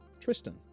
Tristan